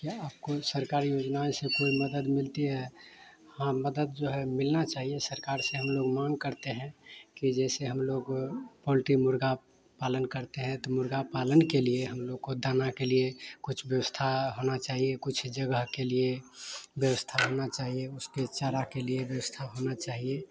क्या आपको सरकारी योजनाएँ से कोई मदद मिलती है हाँ मदद जो है मिलना चाहिए सरकार से हम लोग माँग करते हैं कि जैसे हम लोग पोलटी मुर्ग़ा पालन करते हैं तो मुर्ग़ा पालन के लिए हम लोग को दाना के लिए कुछ व्यवस्था होना चाहिए कुछ जगह के लिए व्यवस्था होनी चाहिए उसके चारे के व्यवस्था होनी चाहिए